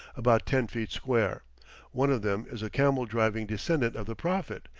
about ten feet square one of them is a camel-driving descendant of the prophet,